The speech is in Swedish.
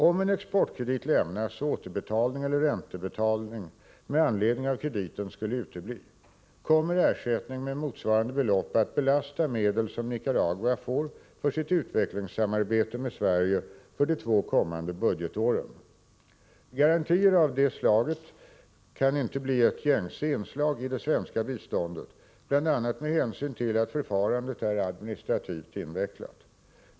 Om en exportkredit lämnas och återbetalning eller räntebetalning med anledning av krediten skulle utebli, kommer ersättning med motsvarande belopp att belasta medel som Nicaragua får för sitt utvecklingssamarbete med Sverige för de två kommande budgetåren. Garantier av detta slag kan inte bli ett gängse inslag i det svenska biståndet, bl.a. med hänsyn till att förfarandet är administrativt invecklat.